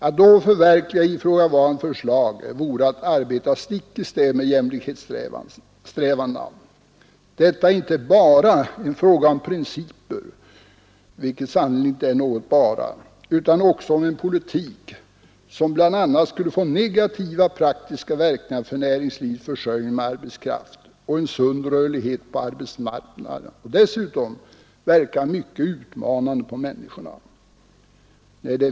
Att då förverkliga ifrågavarande förslag vore att arbeta stick i stäv med jämlikhetssträvandena. Detta är inte ”bara” en fråga om principer, som sannerligen inte är något ”bara”, utan också om en politik som bl.a. skulle få negativa praktiska verkningar för näringslivets försörjning med arbetskraft och en sund rörlighet på arbetsmarknaden och som dessutom skulle verka mycket utmanande på människorna.